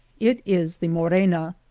it is the mo rena.